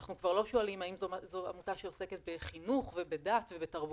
אנחנו כבר לא שואלים האם זאת עמותה שעוסקת בחינוך ובדת ובתרבות.